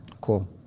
cool